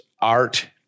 art